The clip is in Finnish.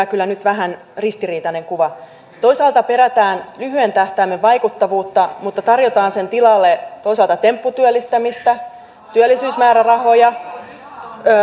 kyllä nyt vähän ristiriitainen kuva toisaalta perätään lyhyen tähtäimen vaikuttavuutta mutta toisaalta tarjotaan sen tilalle tempputyöllistämistä työllisyysmäärärahoja